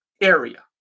Area